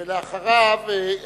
אחריו,